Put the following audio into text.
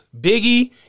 Biggie